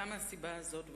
גם מהסיבה הזאת,